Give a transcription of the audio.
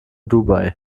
dubai